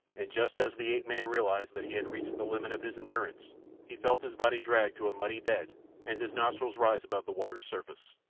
and just as the ape-man realized that he had reached the limit of his endurance he felt his body dragged to a muddy bed and his nostrils rise above the water's surface.